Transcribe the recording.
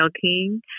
King